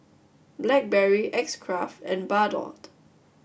Blackberry X Craft and Bardot